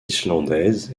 islandaise